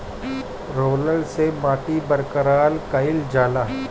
roller से माटी बराबर कइल जाला